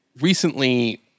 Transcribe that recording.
Recently